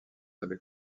avec